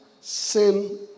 sin